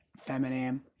feminine